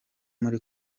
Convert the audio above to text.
muri